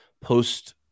post